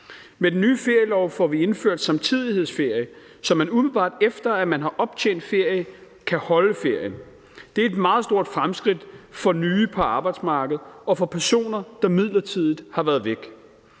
Med den nye ferielov får vi indført samtidighedsferie, så man, umiddelbart efter man har optjent ferie, kan holde ferien. Det er et meget stort fremskridt for nye på arbejdsmarkedet og for personer, der midlertidigt har været væk